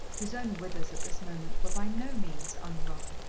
whose own withers at this moment were by no means unwrung.